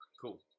Cool